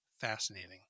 fascinating